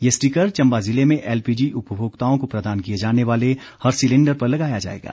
ये स्टिकर चम्बा जिले में एल पीजी उपभोक्ताओं को प्रदान किए जाने वाले हर सिलेंडर पर लगाया जाएगा